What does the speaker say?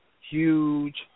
huge